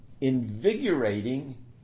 invigorating